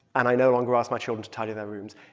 and i no longer ask my children to tidy their rooms.